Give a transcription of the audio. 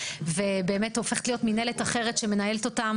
ובאמת הופכת להיות מנהלת אחרת שמנהלת אותם